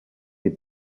des